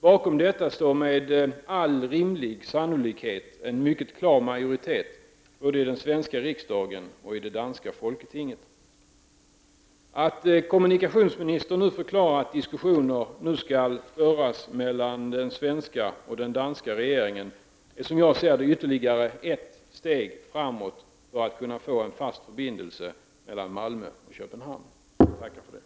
Bakom detta ställningstagande står med all rimlig sannolikhet en mycket klar majoritet både i den svenska riksdagen och i det danska folketinget. Att kommunikationsministern nu förklarar att diskussioner skall föras mellan den svenska och den danska regeringen är, som jag ser det, ytterligare ett steg på vägen mot en fast förbindelse mellan Malmö och Köpenhamn. Jag tackar för det.